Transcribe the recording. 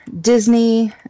Disney